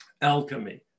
alchemy